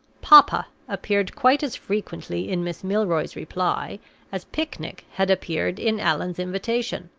papa, appeared quite as frequently in miss milroy's reply as picnic had appeared in allan's invitation.